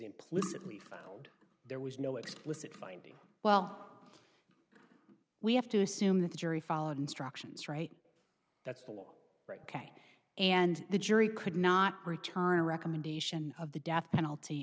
implicitly found there was no explicit finding well we have to assume that the jury followed instructions right that's the law right ok and the jury could not return a recommendation of the death penalty